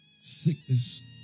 Sickness